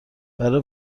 برا